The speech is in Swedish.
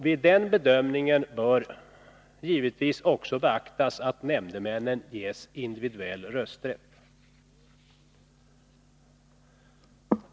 Vid den bedömningen bör givetvis också beaktas att nämndemännen ges individuell rösträtt.